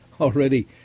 already